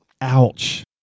ouch